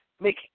make